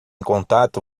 contato